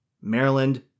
Maryland